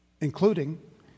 including